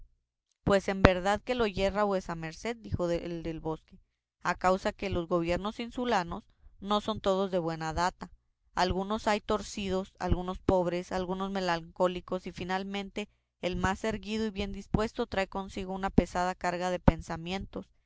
pues en verdad que lo yerra vuesa merced dijo el del bosque a causa que los gobiernos insulanos no son todos de buena data algunos hay torcidos algunos pobres algunos malencónicos y finalmente el más erguido y bien dispuesto trae consigo una pesada carga de pensamientos